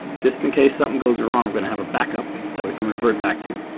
just in case something goes wrong, i'm going to have a backup that we can revert back to.